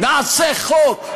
נעשה חוק.